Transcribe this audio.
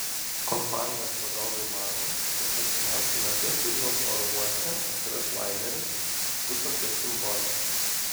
kompanijos vadovai mano kad artimiausiu metu vilniaus oro uoste atsiras laineris su tokia simbolika